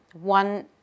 one